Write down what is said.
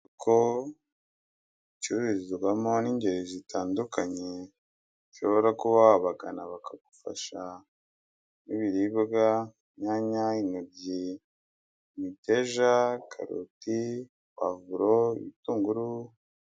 Isoko ricururizwamo n'ingeri zitandukanye ushobora kuba wabagana bakagufasha n'ibiribwa nki nyanya ,intoryi, imiteja, karoti, pavuro, ibitunguru.